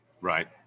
right